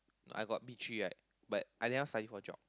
I got B three lah but I didn't study for geog